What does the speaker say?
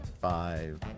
five